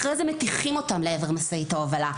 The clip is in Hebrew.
אחרי זה מטיחים אותם לעבר משאית ההובלה,